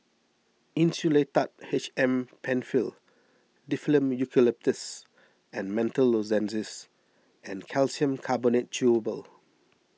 Insulatard H M Penfill Difflam Eucalyptus and Menthol Lozenges and Calcium Carbonate Chewable